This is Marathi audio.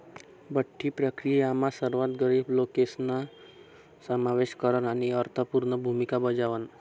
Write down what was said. बठ्ठी प्रक्रीयामा सर्वात गरीब लोकेसना समावेश करन आणि अर्थपूर्ण भूमिका बजावण